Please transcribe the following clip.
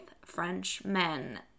Frenchmen